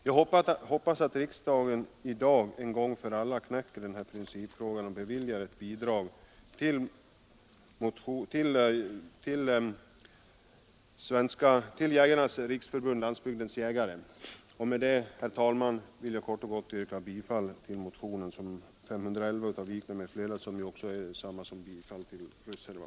Jag hoppas att riksdagen i dag en gång för alla knäcker denna principfråga och beviljar ett bidrag till Jägarnas riksförbund-Landsbygdens jägare. Med det anförda, herr talman, vill jag yrka bifall till reservationen, vilket också innebär att jag yrkar bifall till motionen 511.